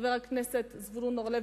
חבר הכנסת זבולון אורלב,